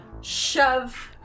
shove